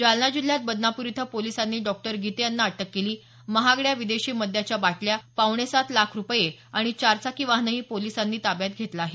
जालना जिल्ह्यात बदनापूर इथं पोलिसांनी डॉ गीते यांना अटक केली महागड्या विदेशी मद्याच्या बाटल्यापावणेसात लाख रुपये आणि चारचाकी वाहनही पोलिसांनी ताब्यात घेतलं आहे